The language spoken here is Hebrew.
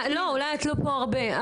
אולי את לא פה הרבה.